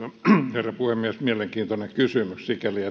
herra puhemies mielenkiintoinen kysymys sikäli